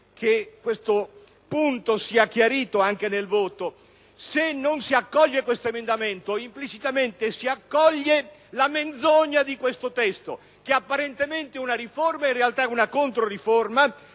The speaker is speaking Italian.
che questo punto sia chiarito anche nel voto. Se non si accoglie questo emendamento, implicitamente si accoglie la menzogna di questo testo, che apparentemente euna riforma, ma in realta euna controriforma.